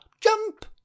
jump